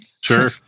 Sure